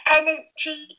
energy